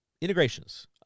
integrations